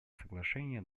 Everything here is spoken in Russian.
соглашение